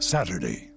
Saturday